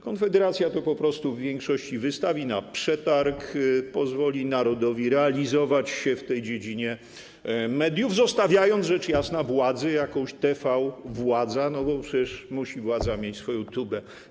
Konfederacja to w większości wystawi na przetarg, pozwoli narodowi realizować się w tej dziedzinie mediów, zostawiając rzecz jasna władzy jakąś TV Władza, bo przecież władza musi mieć swoją tubę.